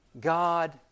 God